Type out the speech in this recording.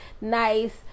nice